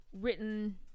written